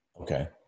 Okay